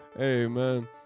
Amen